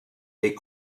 est